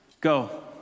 Go